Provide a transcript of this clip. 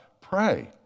pray